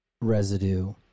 residue